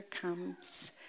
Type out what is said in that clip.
comes